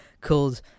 called